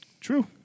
True